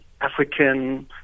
African